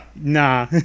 Nah